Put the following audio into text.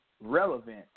relevant